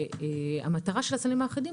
המטרה של הסלים האחידים,